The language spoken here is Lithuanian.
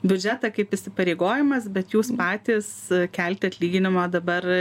biudžetą kaip įsipareigojimas bet jūs patys kelti atlyginimo dabar